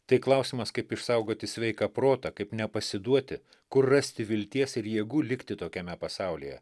tai klausimas kaip išsaugoti sveiką protą kaip nepasiduoti kur rasti vilties ir jėgų likti tokiame pasaulyje